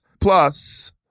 Plus